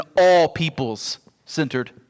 all-peoples-centered